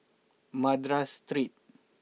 Madras Street